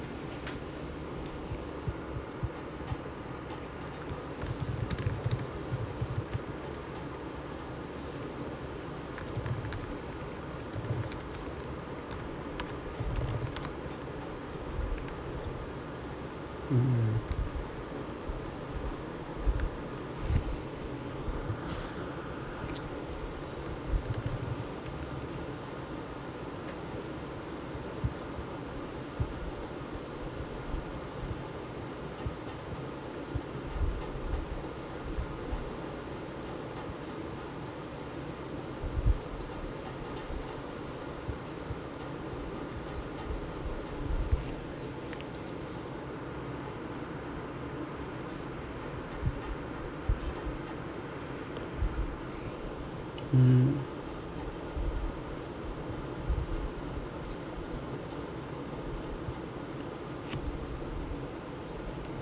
mm mm mm